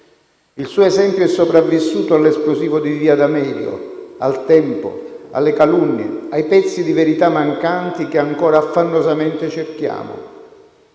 Il suo esempio è sopravvissuto all'esplosivo di via D'Amelio, al tempo, alle calunnie, ai pezzi di verità mancanti che ancora affannosamente cerchiamo.